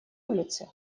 улицы